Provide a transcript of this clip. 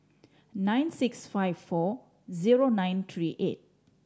nine six five four zero nine three eight